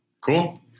Cool